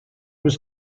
was